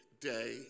day